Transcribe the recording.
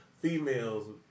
Females